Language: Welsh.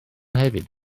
hefyd